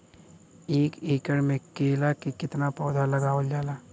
एक एकड़ में केला के कितना पौधा लगावल जाला?